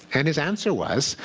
and his answer was,